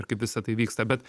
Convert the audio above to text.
ir kaip visa tai vyksta bet